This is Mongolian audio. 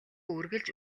үргэлж